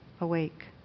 awake